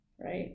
right